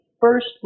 first